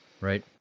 Right